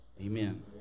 amen